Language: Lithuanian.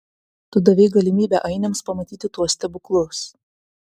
tu davei galimybę ainiams pamatyti tuos stebuklus